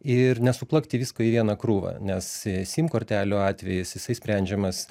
ir nesuplakti visko į vieną krūvą nes sim kortelių atvejis jisai sprendžiamas